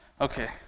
Okay